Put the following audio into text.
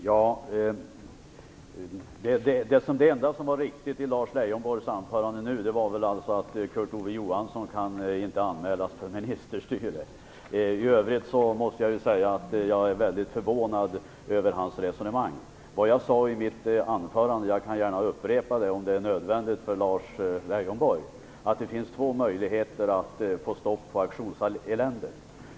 Fru talman! Det enda som var riktigt i Lars Leijonborgs anförande var när han sade att Kurt Ove Johansson inte kan anmälas för ministerstyre. I övrigt måste jag säga att jag är väldigt förvånad över hans resonemang. Vad jag sade i mitt anförande var - jag kan gärna upprepa det för Lars Leijonborg om det är nödvändigt - att det finns två möjligheter att få stopp på auktionseländet.